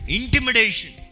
intimidation